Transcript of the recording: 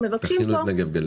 רפרנט חקלאות, אגף התקציבים.